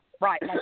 Right